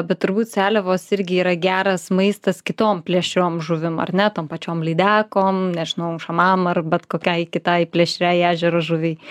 bet turbūt seliavos irgi yra geras maistas kitom plėšriom žuvim ar ne tom pačiom lydekom nežinau šamam ar bet kokiai kitai plėšriai ežero žuviai